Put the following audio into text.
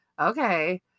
Okay